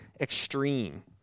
extreme